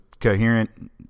coherent